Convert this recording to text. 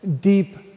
deep